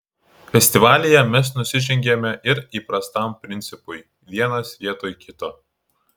festivalyje mes nusižengiame ir įprastam principui vienas vietoj kito